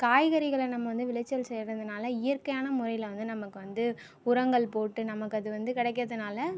காய்கறிகளை நம்ம வந்து விளைச்சல் செய்கிறதுனால இயற்கையான முறையில் வந்து நமக்கு வந்து உரங்கள் போட்டு நமக்கு அது வந்து கிடைக்கிறதுனால